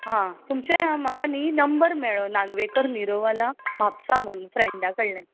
आं तुमचे म्हाका न्हय नंबर मेळो नागवेंकर निरोवाला म्हापसा म्हुणू फ्रँडा कडल्यान